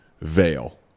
veil